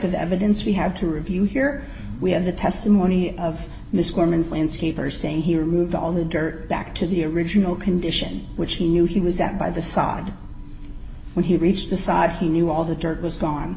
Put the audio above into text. of evidence we have to review here we have the testimony of this women's landscapers saying he removed all the dirt back to the original condition which he knew he was at by the side when he reached the side he knew all the dirt was gone